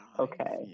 okay